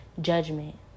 judgment